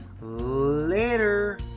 later